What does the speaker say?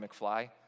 McFly